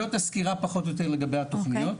זאת הסקירה פחות או יותר לגבי התכניות.